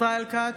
ישראל כץ,